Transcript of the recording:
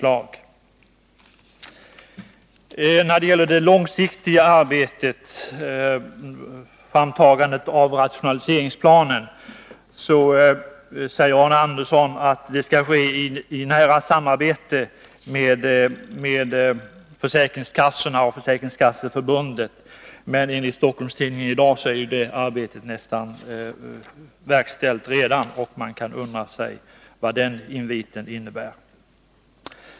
När det gäller den långsiktiga verksamheten och framtagandet av rationaliseringsplanen sade Arne Andersson att detta skall ske i nära samarbete med försäkringskassorna och Försäkringskasseförbundet. Enligt Stockholms-Tidningen för i dag är emellertid det arbetet redan nu nästan verkställt, och man kan därför undra vad den inviten innebar.